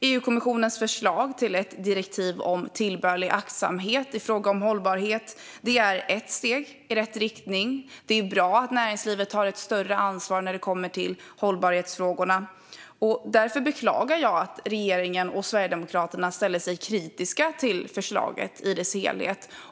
EU-kommissionens förslag till direktiv om tillbörlig aktsamhet i fråga om hållbarhet är ett steg i rätt riktning. Det är bra att näringslivet tar större ansvar när det gäller hållbarhetsfrågorna. Därför beklagar jag att regeringen och Sverigedemokraterna ställer sig kritiska till förslaget i dess helhet.